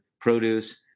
produce